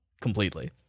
completely